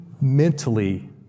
mentally